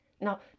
Now